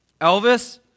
Elvis